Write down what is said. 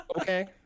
Okay